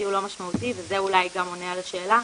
הוא לא משמעותי וזה אולי גם עונה על השאלה